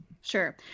Sure